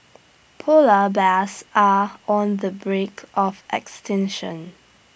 Polar Bears are on the brink of extinction